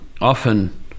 often